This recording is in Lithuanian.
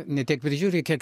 ne tiek prižiūri kiek